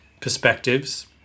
perspectives